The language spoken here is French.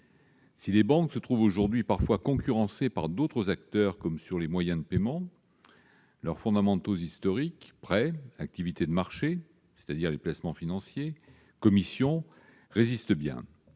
Si les banques se trouvent aujourd'hui parfois concurrencées par d'autres acteurs, notamment sur les moyens de paiement, leurs fondamentaux historiques- prêts, activités de marché, autrement dit les placements financiers, et commissions -résistent bien.